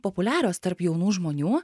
populiarios tarp jaunų žmonių